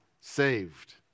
saved